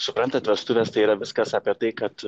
suprantat vestuvės tai yra viskas apie tai kad